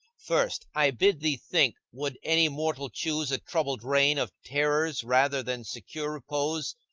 first, i bid thee think, would any mortal choose a troubled reign of terrors rather than secure repose,